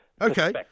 Okay